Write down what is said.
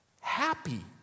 happy